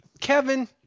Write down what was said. Kevin